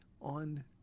on